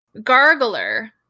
gargler